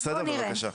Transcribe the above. בבקשה.